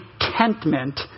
contentment